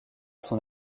son